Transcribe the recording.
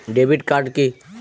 Debit card কি?